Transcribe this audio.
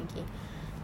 okay